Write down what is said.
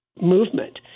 Movement